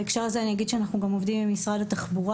בהקשר הזה אני אגיד שאנחנו גם עובדים עם משרד התחבורה,